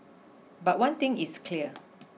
but one thing is clear